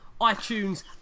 iTunes